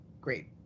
great